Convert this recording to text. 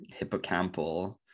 hippocampal